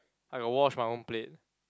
I got wash my own plate